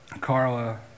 Carla